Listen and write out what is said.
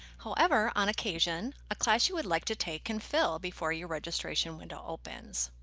however, on occasion a class you would like to take can fill before your registration window opens.